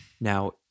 Now